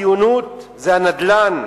הציונות זה הנדל"ן.